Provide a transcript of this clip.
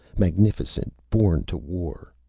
magnificent, born to war.